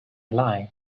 lie